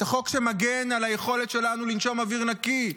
את החוק שמגן על היכולת שלנו לנשום אוויר נקי.